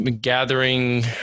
gathering